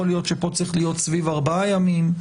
יכול להיות שפה צריך להיות סביב ארבעה ימים.